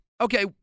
okay